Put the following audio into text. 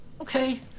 Okay